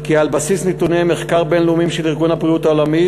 כי על בסיס נתוני מחקר בין-לאומי של ארגון הבריאות העולמי